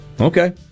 Okay